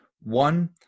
One